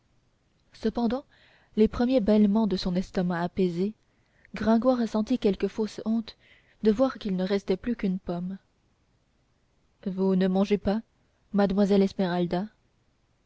cependant les premiers bêlements de son estomac apaisés gringoire sentit quelque fausse honte de voir qu'il ne restait plus qu'une pomme vous ne mangez pas mademoiselle esmeralda